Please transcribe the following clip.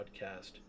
podcast